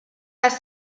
les